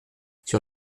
sur